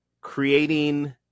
creating